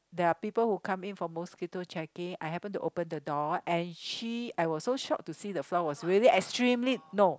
there are people who come in for mosquito checking I happen to open the door and she I was so shocked to see the floor was really extremely no